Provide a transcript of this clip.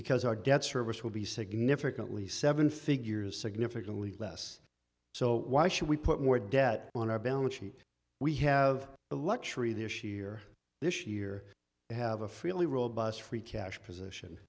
because our debt service will be significantly seven figures significantly less so why should we put more debt on our balance sheet we have the luxury this year this year have a fairly robust free cash position